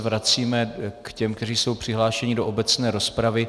Vracíme se k těm, kteří jsou přihlášeni do obecné rozpravy.